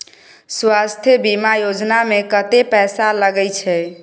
स्वास्थ बीमा योजना में कत्ते पैसा लगय छै?